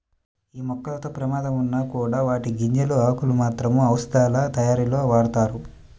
యీ మొక్కలతో ప్రమాదం ఉన్నా కూడా వాటి గింజలు, ఆకులను మాత్రం ఔషధాలతయారీలో వాడతారు